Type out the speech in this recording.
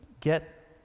get